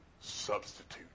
substitute